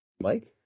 Mike